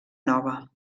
nova